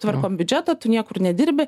tvarkom biudžetą tu niekur nedirbi